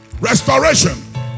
restoration